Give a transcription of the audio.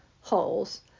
holes